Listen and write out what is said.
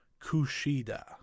Kushida